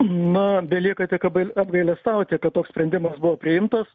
na belieka tik ap apgailestauti kad toks sprendimas buvo priimtas